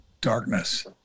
darkness